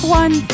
one